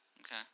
okay